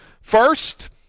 First